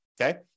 okay